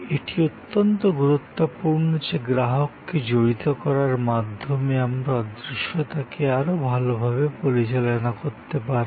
এটি অত্যন্ত গুরুত্বপূর্ণ যে গ্রাহককে জড়িত করার মাধ্যমে আমরা অদৃশ্যতাকে আরও ভালভাবে পরিচালনা করতে পারবো